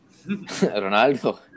Ronaldo